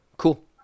Cool